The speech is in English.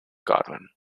godwin